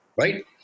right